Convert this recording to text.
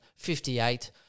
58